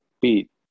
beat